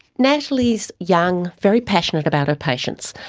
natalie is young, very passionate about her patients.